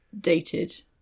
dated